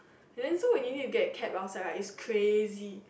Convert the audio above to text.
and then so when you you get cab outside right is crazy